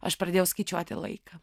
aš pradėjau skaičiuoti laiką